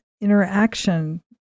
interaction